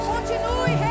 Continue